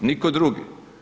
Nitko drugi.